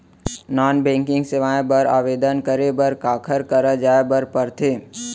non banking सेवाएं बर आवेदन करे बर काखर करा जाए बर परथे